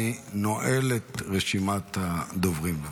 אני נועל את רשימת הדוברים.